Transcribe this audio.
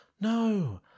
No